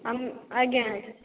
ଆଜ୍ଞା ଆଜ୍ଞା